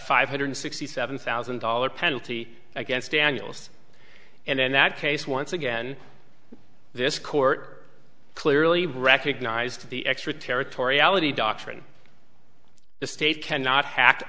five hundred sixty seven thousand dollars penalty against daniels and in that case once again this court clearly recognized the extraterritoriality doctrine the state cannot hacked